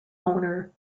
owner